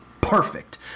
Perfect